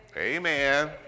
Amen